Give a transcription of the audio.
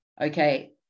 okay